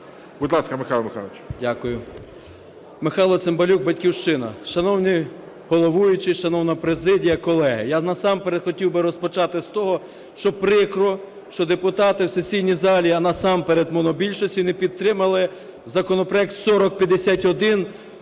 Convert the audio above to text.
Будь ласка, Михайло Михайлович. 13:21:50 ЦИМБАЛЮК М.М. Дякую. Михайло Цимбалюк, "Батьківщина". Шановний головуючий, шановна президія, колеги! Я насамперед хотів би розпочати з того, що прикро, що депутати в сесійній залі, а насамперед монобільшості не підтримали законопроект 4051